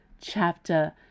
chapter